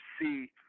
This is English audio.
see